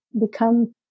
become